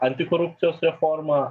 antikorupcijos reforma